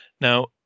Now